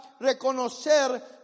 reconocer